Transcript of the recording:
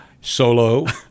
Solo